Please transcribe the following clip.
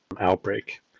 outbreak